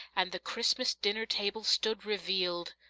and the christmas dinner-table stood revealed.